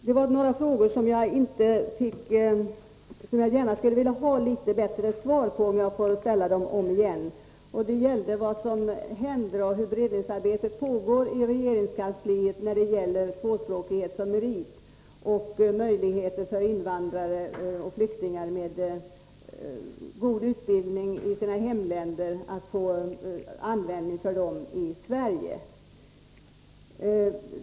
Det var några frågor som jag gärna skulle vilja ha litet bättre svar på, så jag ställer dem igen. Den ena var hur beredningsarbetet i regeringskansliet pågår när det gäller tvåspråkighet som merit och de möjligheter som invandrare och flyktingar med god utbildning i sina hemländer borde ha att få användning för den i Sverige.